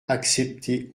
accepter